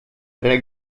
tre